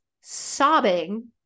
sobbing